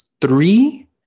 three